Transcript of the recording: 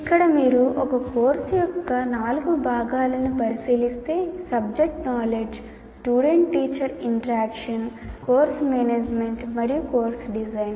ఇక్కడ మీరు ఒక కోర్సు యొక్క నాలుగు భాగాలను పరిశీలిస్తే subject knowledge student teacher interaction course management మరియు కోర్సు డిజైన్